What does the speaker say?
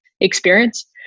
experience